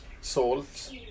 salt